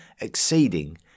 exceeding